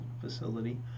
facility